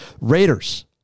Raiders